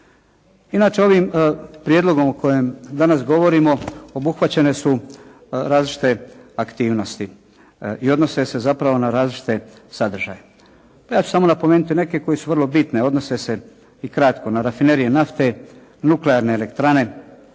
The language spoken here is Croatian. Inače, ovim prijedlogom o kojem danas govorimo obuhvaćene su različite aktivnosti i odnose se zapravo na različite sadržaje. Ja ću samo napomenuti neke koje su vrlo bitne. Odnose se i kratko na rafinerije nafte, nuklearne elektrane